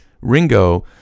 Ringo